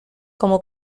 como